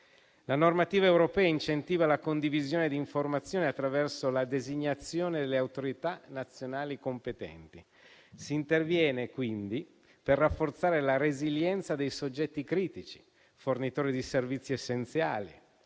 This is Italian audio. La normativa europea incentiva la condivisione di informazioni attraverso la designazione delle autorità nazionali competenti. Si interviene, quindi, per rafforzare la resilienza dei soggetti critici fornitori di servizi essenziali,